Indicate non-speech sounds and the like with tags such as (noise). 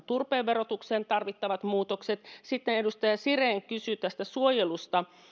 (unintelligible) turpeen verotukseen tarvittavat muutokset sitten edustaja siren kysyi tästä suojelusta